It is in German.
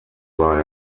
war